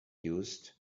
used